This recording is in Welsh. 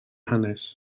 hanes